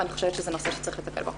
ואני חושבת שזה נושא שצריך לטפל בו.